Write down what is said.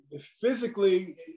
physically